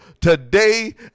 today